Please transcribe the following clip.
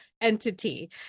entity